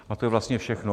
A to je vlastně všechno.